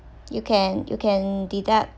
you can you can deduct